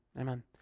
Amen